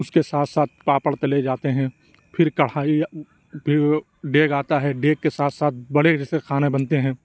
اُس کے ساتھ ساتھ پاپڑ تلے جاتے ہیں پھر کڑھائی پھر دیگ آتا ہے دیگ کے ساتھ ساتھ بڑے جیسے کھانے بنتے ہیں